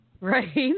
right